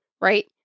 right